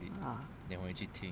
ah